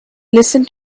listened